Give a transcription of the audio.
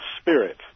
spirit